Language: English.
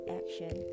action